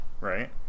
right